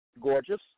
Gorgeous